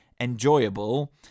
enjoyable